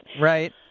Right